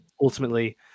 ultimately